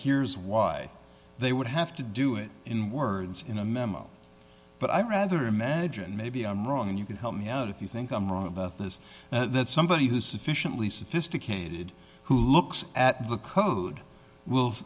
here's why they would have to do it in words in a memo but i rather imagine maybe i'm wrong and you can help me out if you think i'm wrong about this somebody who is sufficiently sophisticated who looks at the code will